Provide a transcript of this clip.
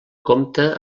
compta